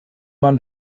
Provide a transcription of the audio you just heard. man